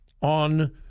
on